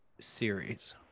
series